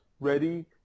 ready